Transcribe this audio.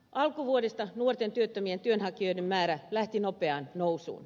alkuvuodesta nuorten työttömien työnhakijoiden määrä lähti nopeaan nousuun